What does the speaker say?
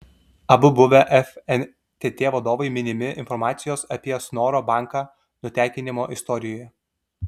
abu buvę fntt vadovai minimi informacijos apie snoro banką nutekinimo istorijoje